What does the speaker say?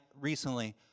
recently